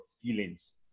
feelings